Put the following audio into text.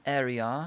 area